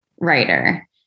writer